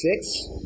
six